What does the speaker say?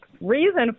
reason